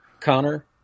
Connor